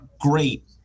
great